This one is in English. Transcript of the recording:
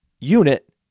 unit